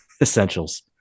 essentials